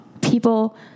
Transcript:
people